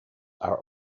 are